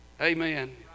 Amen